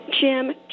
Jim